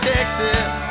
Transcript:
Texas